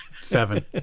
seven